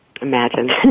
Imagine